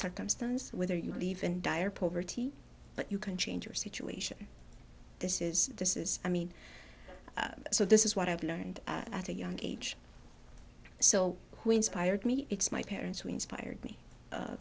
circumstance whether you believe in dire poverty but you can change your situation this is this is i mean so this is what i've learned at a young age so who inspired me it's my parents who inspired me